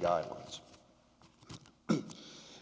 guidelines